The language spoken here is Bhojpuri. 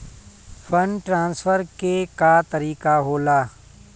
फंडट्रांसफर के का तरीका होला?